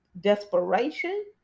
desperation